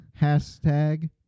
Hashtag